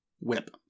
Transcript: whip